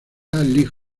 league